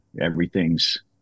everything's